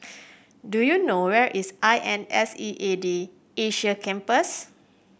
do you know where is I N S E A D Asia Campus